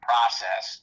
process